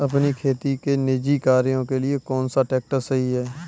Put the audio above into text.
अपने खेती के निजी कार्यों के लिए कौन सा ट्रैक्टर सही है?